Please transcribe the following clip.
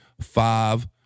five